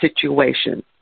situation